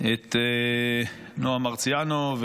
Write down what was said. את נועה מרציאנו?